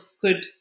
good